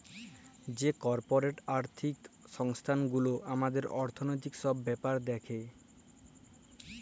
যে কর্পরেট আর্থিক সংস্থান গুলা হামাদের অর্থনৈতিক সব ব্যাপার দ্যাখে